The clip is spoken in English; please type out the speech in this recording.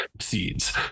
seeds